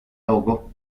ahogó